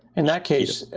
in that case.